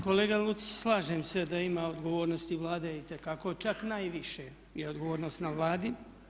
Kolega Lucić, slažem se da ima odgovornosti Vlade itekako, čak najviše je odgovornost na Vladi.